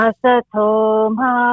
Asatoma